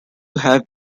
have